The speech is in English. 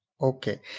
Okay